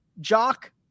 jock